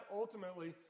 ultimately